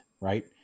right